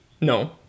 No